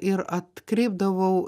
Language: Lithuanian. ir atkreipdavau